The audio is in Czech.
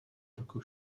roku